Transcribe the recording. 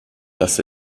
dass